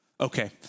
Okay